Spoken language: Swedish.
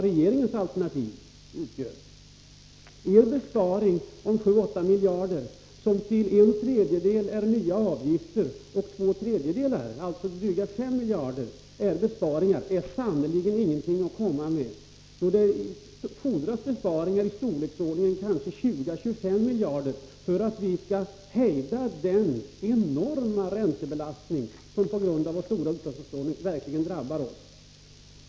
En besparing på 7 å 8 miljarder, som till en tredjedel är nya avgifter och till två tredjedelar, drygt 5 miljarder, är besparingar är sannerligen ingenting att komma med då det fordras besparingar i storleksordningen 20 å 25 miljarder för att vi skall kunna hejda den enorma räntebelastning som på grund av vår stora utlandsupplåning drabbar oss.